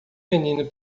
menino